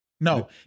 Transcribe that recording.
No